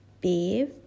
beef